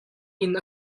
inn